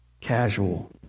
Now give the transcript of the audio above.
casual